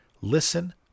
Listen